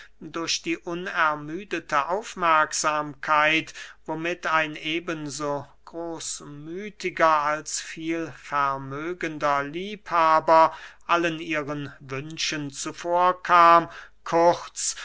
durch die unermüdete aufmerksamkeit womit ein eben so großmüthiger als vielvermögender liebhaber allen ihren wünschen zuvor kam kurz